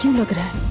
look at